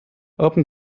open